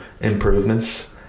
improvements